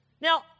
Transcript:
Now